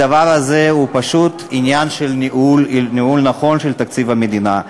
הדבר הזה הוא פשוט עניין של ניהול נכון של תקציב המדינה.